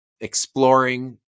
exploring